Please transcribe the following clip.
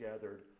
gathered